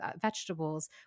vegetables